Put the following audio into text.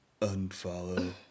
unfollow